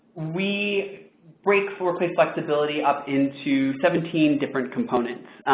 we break workplace flex ability of into seventeen different components.